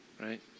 right